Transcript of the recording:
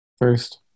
first